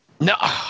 No